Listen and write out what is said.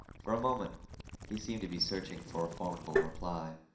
for a moment he seemed to be searching for a formidable reply.